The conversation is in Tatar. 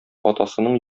атасының